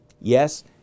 Yes